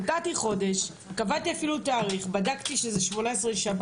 נתתי חודש, קבעתי אפילו תאריך ובדקתי שזה לא שבת.